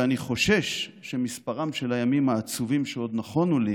ואני חושש שמספרם של הימים העצובים שעוד נכונו לי